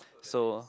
so